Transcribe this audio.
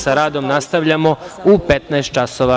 Sa radom nastavljamo u 15.00 časova.